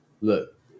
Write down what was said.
Look